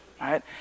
right